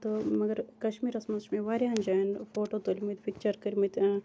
تہٕ مگر کَشمیٖرَس مَنٛز چھِ مےٚ واریَہَن جایَن فوٹو تُلمٕتۍ پِکچَر کٔرمٕتۍ